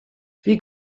wie